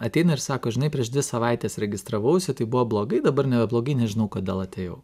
ateina ir sako žinai prieš dvi savaites registravausi tai buvo blogai dabar nebe blogai nežinau kodėl atėjau